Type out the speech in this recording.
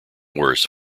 worse